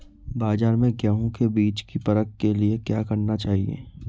बाज़ार में गेहूँ के बीज की परख के लिए क्या करना चाहिए?